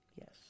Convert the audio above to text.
Yes